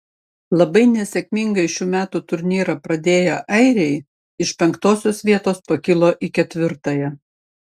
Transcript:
labai nesėkmingai šių metų turnyrą pradėję airiai iš penktosios vietos pakilo į ketvirtąją